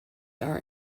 are